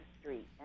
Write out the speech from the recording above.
street